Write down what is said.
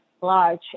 large